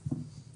לפרוטוקול.